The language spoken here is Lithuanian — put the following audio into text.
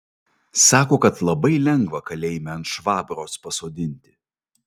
sako kad labai lengva kalėjime ant švabros pasodinti